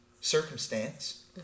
circumstance